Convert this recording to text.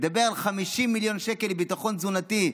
מדבר על 50 מיליון שקל לביטחון תזונתי.